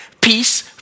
peace